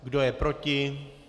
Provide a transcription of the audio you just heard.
Kdo je proti?